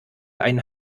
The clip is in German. einen